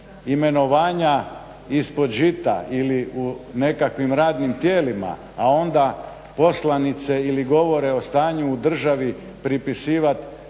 imenovanja ispod žita ili u nekakvim radnim tijelima, a onda poslanice ili govore o stanju u državi pripisivati